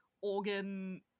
organ